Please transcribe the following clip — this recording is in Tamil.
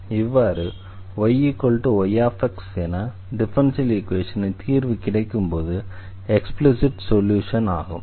இவ்வாறு y y என டிஃபரன்ஷியல் ஈக்வேஷனின் தீர்வு கிடைக்கும்போது எக்ஸ்பிளிஸிட் சொல்யூஷன் ஆகும்